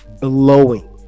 blowing